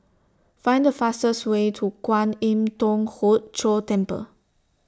Find The fastest Way to Kwan Im Thong Hood Cho Temple